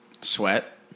Sweat